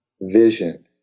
vision